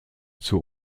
zur